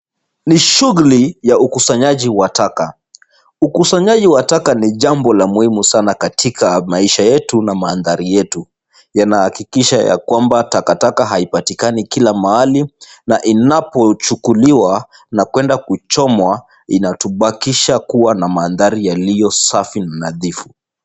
Ni shughuli ya ukusanyaji wa taka. Ukusanyaji wa taka ni jambo la muhimu katika maisha yetu na maanthari yetu, yanahakikisha ya kwamba takataka hazipatikani kila mahali na inapochukuliwa na kwenda kuchomwa inabakisha maanthari yaliyo safi na nadhifu.